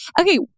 Okay